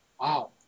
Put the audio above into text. Wow